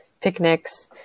picnics